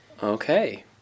Okay